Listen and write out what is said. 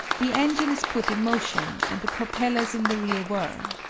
the engine is put in motion, and the propellers in the rear whir.